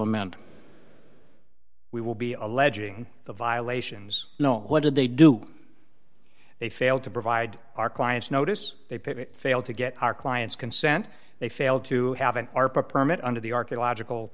amend we will be alleging the violations known what did they do they failed to provide our client's notice they failed to get our clients consent they failed to have an r permit under the archaeological